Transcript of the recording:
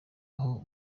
aho